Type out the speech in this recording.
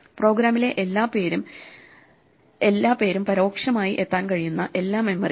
പ്രോഗ്രാമിലെ എല്ലാ പേരും പരോക്ഷമായി എത്താൻ കഴിയുന്ന എല്ലാ മെമ്മറിയും